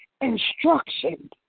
instruction